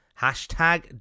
Hashtag